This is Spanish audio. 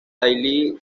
daily